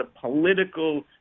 political